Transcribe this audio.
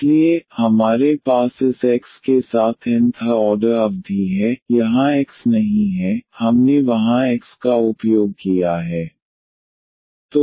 इसलिए हमारे पास इस x के साथ nth ऑर्डर अवधि है यहाँ x नहीं है हमने वहां x का उपयोग किया है